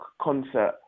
concert